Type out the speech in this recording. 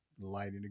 lighting